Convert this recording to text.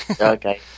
Okay